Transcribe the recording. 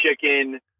chicken